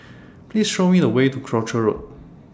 Please Show Me The Way to Croucher Road